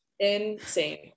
Insane